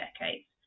decades